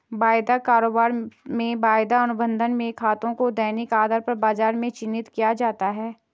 वायदा कारोबार में वायदा अनुबंध में खातों को दैनिक आधार पर बाजार में चिन्हित किया जाता है